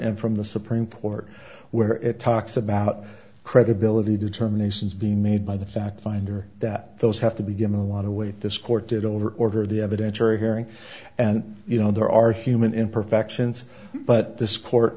and from the supreme court where it talks about credibility determinations be made by the fact finder that those have to be given a lot of weight this court did over order the evidentiary hearing and you know there are human imperfections but this court